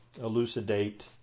elucidate